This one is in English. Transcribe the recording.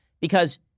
because-